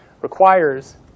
requires